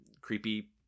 Creepy